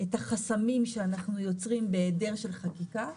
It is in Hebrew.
החסמים שאנחנו יוצרים בהיעדר חקיקה,